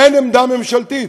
אין עמדה ממשלתית.